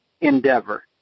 endeavor